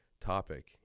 topic